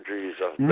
Jesus